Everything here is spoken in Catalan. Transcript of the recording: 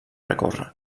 recórrer